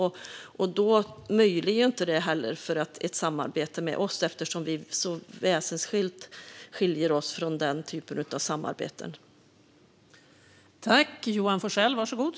Detta omöjliggör ett samarbete med oss eftersom den typen av samarbeten är väsensskilt från oss.